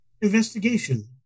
investigation